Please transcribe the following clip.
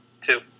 Two